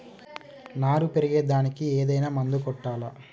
నారు పెరిగే దానికి ఏదైనా మందు కొట్టాలా?